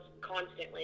constantly